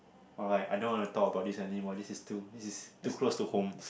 alright I don't wanna talk about this anymore this is too this is too close to home